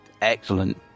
excellent